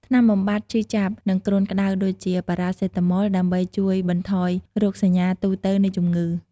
ថ្នាំបំបាត់ឈឺចាប់ និងគ្រុនក្តៅ ដូចជា ប៉ារ៉ាសេតាម៉ុល ដើម្បីជួយបន្ថយរោគសញ្ញាទូទៅនៃជំងឺ។